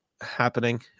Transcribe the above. happening